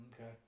Okay